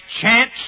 chance